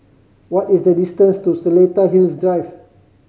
what is the distance to Seletar Hills Drive